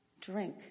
drink